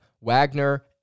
Wagner